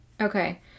Okay